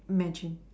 imagine